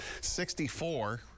64